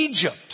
Egypt